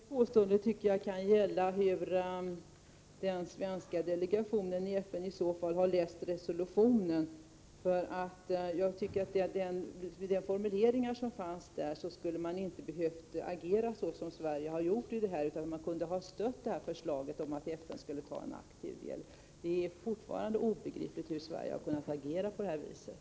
Herr talman! Det påståendet tycker jag kan gälla den svenska delegationen och hur den i FN har läst resolutionen. Med de formuleringar som fanns i den hade man inte behövt agera så som Sverige har gjort i det här fallet, utan man kunde ha stött förslaget om att FN skulle inta en aktiv hållning. Det är fortfarande obegripligt hur Sverige har kunnat agera på det här viset.